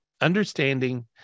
understanding